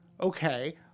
okay